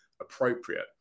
appropriate